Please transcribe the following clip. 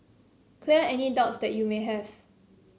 clear any doubts that you may have